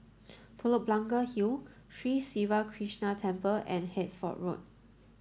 Telok Blangah Hill Sri Siva Krishna Temple and Hertford Road